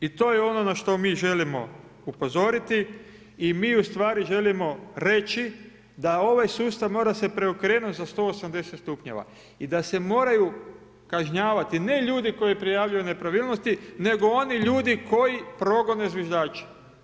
I to je ono na što mi želimo upozoriti i mi u stvari, želimo reći da ovaj sustav mora se preokrenuti za 180 stupnjeva i da se moraju kažnjavati ne ljudi koji prijavljuju nepravilnosti, nego oni ljudi koji progone zviždače.